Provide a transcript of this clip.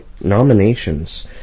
nominations